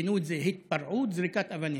כינו את זה התפרעות, זריקת אבנים.